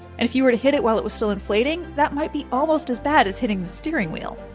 and if you were to hit it while it was still inflating, that might be almost as bad as hitting the steering wheel.